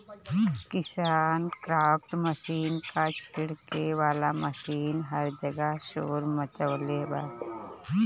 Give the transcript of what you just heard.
KisanKraft machine क छिड़के वाला मशीन हर जगह शोर मचवले बा